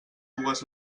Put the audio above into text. dues